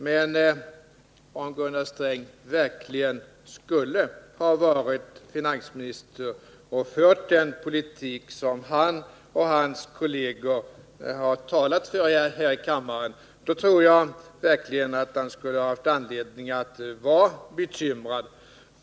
Men om Gunnar Sträng verkligen skulle ha varit finansminister och fört den politik som han och hans kolleger har talat för här i kammaren, tror jag verkligen att han nu skulle ha haft anledning att vara bekymrad.